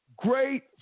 Great